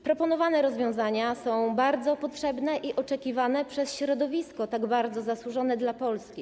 Proponowane rozwiązania są bardzo potrzebne i oczekiwane przez środowisko tak bardzo zasłużone dla Polski.